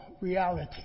reality